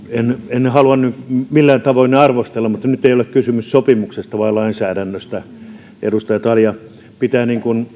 en halua nyt millään tavoin arvostella mutta nyt ei ole kysymys sopimuksesta vaan lainsäädännöstä edustaja talja pitää